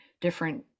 different